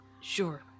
Sure